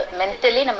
mentally